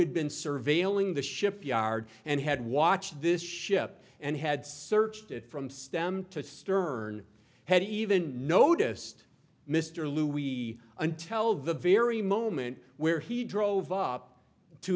had been surveilling the shipyard and had watched this ship and had searched it from stem to stern had even noticed mr lew wee untel the very moment where he drove up to